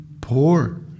poor